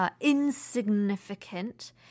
Insignificant